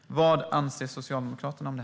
Vad anser Socialdemokraterna om det?